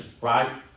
right